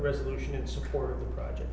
resolution in support of the project